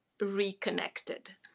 reconnected